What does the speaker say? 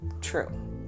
true